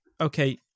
okay